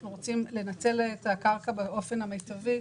אנחנו רוצים לנצל את הקרקע באופן מיטבי.